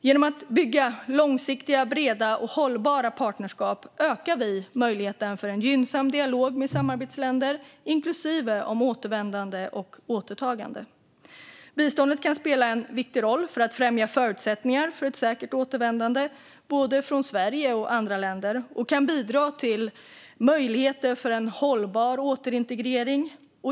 Genom att bygga långsiktiga, breda och hållbara partnerskap ökar vi möjligheten att ha en gynnsam dialog med samarbetsländer, inklusive om återtagande och återvändande. Biståndet kan spela en viktig roll för att främja förutsättningar för ett säkert återvändande, både från Sverige och andra länder, och det kan bidra till möjligheter för en hållbar återintegrering.